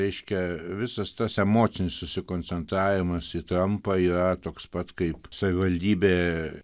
reiškia visas tas emocinis susikoncentravimas į trampą yra toks pat kaip savivaldybė